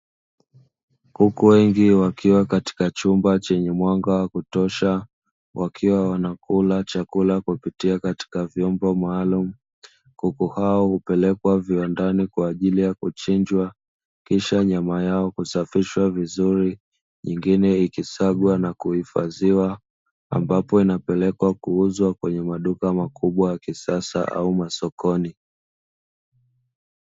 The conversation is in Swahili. Kuku wengi wakiwa katika chumba chenye mwanga wa kutosha, wakiwa wanakula chakula kupitia katika vyombo maalumu. Kuku hao hupelekwa viwandani kwa ajili ya kuchinjwa kisha nyama yao kusafishwa vizuri nyingine ikisagwa na kuhifadhiwa ambapo inapelekwa kuuzwa kwenye maduka makubwa ya kisasa au masokoni.